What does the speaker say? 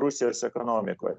rusijos ekonomikoj